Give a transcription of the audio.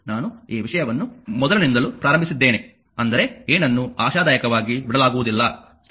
ನಾನು ಈ ವಿಷಯವನ್ನು ಮೊದಲಿನಿಂದಲೂ ಪ್ರಾರಂಭಿಸಿದ್ದೇನೆ ಅಂದರೆ ಏನನ್ನೂ ಆಶಾದಾಯಕವಾಗಿ ಬಿಡಲಾಗುವುದಿಲ್ಲ ಸರಿ